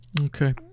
Okay